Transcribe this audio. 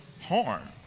harm